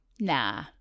nah